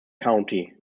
county